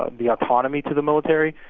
ah the autonomy to the military